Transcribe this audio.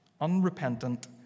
unrepentant